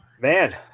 man